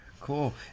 cool